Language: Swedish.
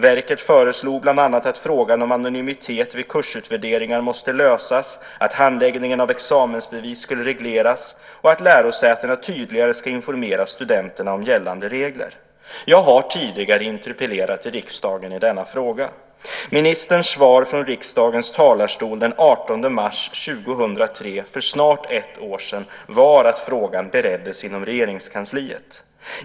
Verket föreslog bland annat att frågan om anonymitet vid kursutvärderingar måste lösas, att handläggningen av examensbevis ska regleras och att lärosätena tydligare ska informera studenterna om gällande regler. Jag har tidigare interpellerat i riksdagen i denna fråga. Ministerns svar från riksdagens talarstol den 18 mars 2003, för snart ett år sedan var att frågan bereddes inom Regeringskansliet.